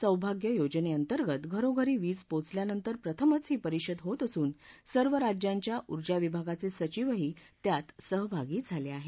सौभाग्य योजनेअंतर्गत घरोघरी वीज पोचल्यानंतर प्रथमच ही परिषद होत असून सर्व राज्यांच्या ऊर्जा विभागाचे सचिवही त्यात सहभागी झाले आहेत